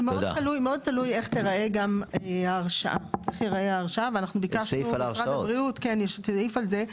זה מאוד תלוי איך תיראה ההרשאה, יש סעיף על זה.